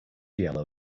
yellow